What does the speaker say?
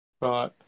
right